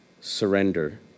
surrender